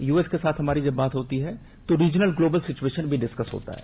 US के साथ जब हमारी बात होती है तो रिजनल ग्लोबल सिचुएशन पर डिस्कस होता है